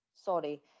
sorry